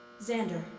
Xander